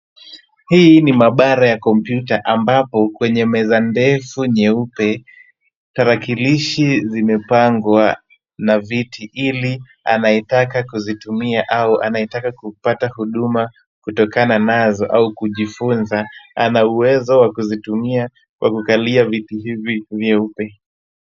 Hii ni maabara ya kompyuta ambapo kwenye meza ndefu nyeupe, tarakilishi zimepangwa na viti ili anayetaka kuzitumia au anayetaka kupata huduma kutokana nazo au kujifunza ana uwezo wa kuzitumia kwa kukalia viti hivi vyeupe.